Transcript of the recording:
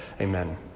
Amen